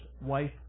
wife